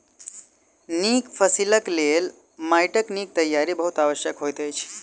नीक फसिलक लेल माइटक नीक तैयारी बहुत आवश्यक होइत अछि